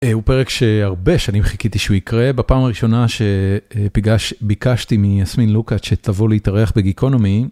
הוא פרק שהרבה שנים חיכיתי שהוא יקרה בפעם הראשונה שביקשתי מייסמין לוקאץ' שתבוא להתארח בגיקונומי.